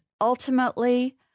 ultimately